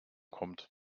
kommt